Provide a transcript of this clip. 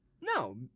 No